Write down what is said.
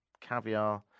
caviar